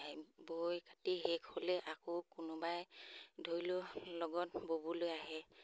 হেৰি বৈ কাটি শেষ হ'লে আকৌ কোনোবাই ধৰি লওক লগত ব'বলৈ আহে